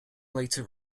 later